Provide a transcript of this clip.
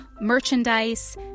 merchandise